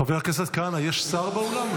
חבר הכנסת כהנא, יש שר באולם?